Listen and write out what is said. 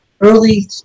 early